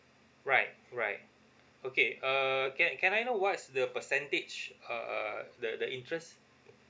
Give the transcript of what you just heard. right right okay uh can can I know what's the percentage uh uh the the interest